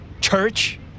Church